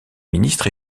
ministre